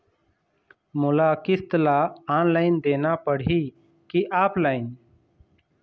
मोला किस्त ला ऑनलाइन देना पड़ही की ऑफलाइन?